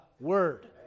word